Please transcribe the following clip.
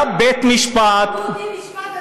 משפט, היה בית-משפט.